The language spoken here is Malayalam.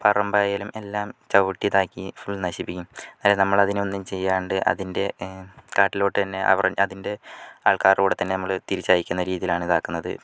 പറമ്പായാലും എല്ലാം ചവിട്ടി ഇതാക്കി ഫുള് നശിപ്പിക്കും അതിനെ നമ്മള് അതിനെ ഒന്നും ചെയ്യാണ്ട് അതിന്റെ കാട്ടിലോട്ട് തന്നെ അവരുടെ അതിന്റെ ആള്ക്കാരുടെ കൂടെ തന്നെ നമ്മള് തിരിച്ചയക്കുന്ന രീതിയിലാണ് ഇതാക്കുന്നത്